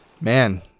Man